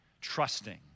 trusting